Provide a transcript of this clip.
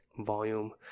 volume